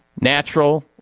natural